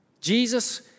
Jesus